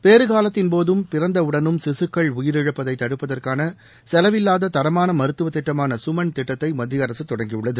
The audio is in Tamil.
பேறு காலத்தின்போதும் பிறந்தவுடனும் சிசுக்கள் உயிரிழப்பதை தடுப்பதற்கான செலவில்லாத தரமான மருத்துவ திட்டமான சுமன் திட்டத்தை மத்திய அரசு தொடங்கியுள்ளது